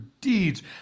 deeds